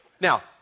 Now